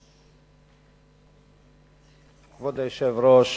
כבוד היושב-ראש,